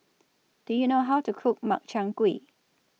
Do YOU know How to Cook Makchang Gui